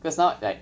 because now like